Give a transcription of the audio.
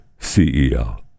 CEO